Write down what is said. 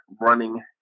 running